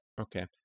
Okay